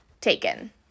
taken